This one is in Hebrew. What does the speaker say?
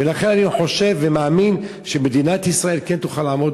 לכן אני חושב ומאמין שמדינת ישראל כן תוכל לעמוד